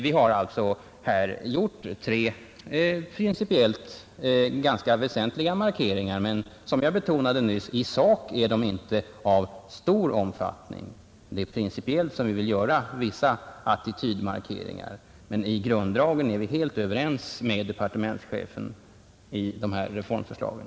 Vi har alltså här gjort tre principiellt ganska viktiga markeringar. Men de är, som jag nyss betonade, i sak inte av stor omfattning. Vi vill principiellt göra vissa attitydmarkeringar, men i grunddragen är vi helt överens med departementschefen om reformförslagen.